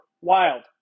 wild